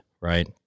right